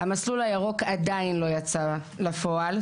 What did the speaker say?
המסלול הירוק עדיין לא יצא לפועל,